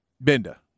Benda